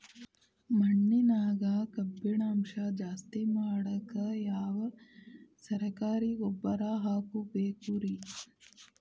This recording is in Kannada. ಮಣ್ಣಿನ್ಯಾಗ ಕಬ್ಬಿಣಾಂಶ ಜಾಸ್ತಿ ಮಾಡಾಕ ಯಾವ ಸರಕಾರಿ ಗೊಬ್ಬರ ಹಾಕಬೇಕು ರಿ?